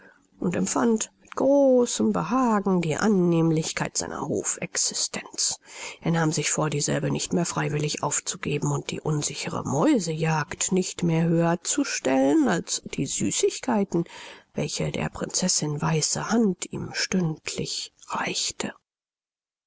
und empfand mit großem behagen die annehmlichkeit seiner hofexistenz er nahm sich vor dieselbe nicht mehr freiwillig aufzugeben und die unsichere mäusejagd nicht mehr höher zu stellen als die süßigkeiten welche der prinzessin weiße hand ihm stündlich reichte